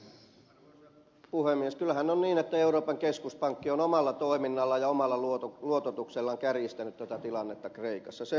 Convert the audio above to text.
kyllähän on niin että euroopan keskuspankki on omalla toiminnallaan ja omalla luototuksellaan kärjistänyt tätä tilannetta kreikassa se on selvä